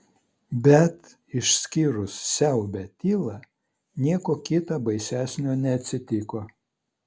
bet išskyrus siaubią tylą nieko kita baisesnio neatsitiko